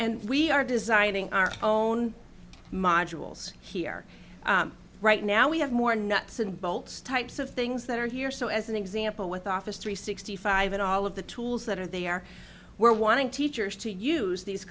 and we are designing our own modules here right now we have more nuts and bolts types of things that are here so as an example with office three sixty five and all of the tools that are there were wanting teachers to use these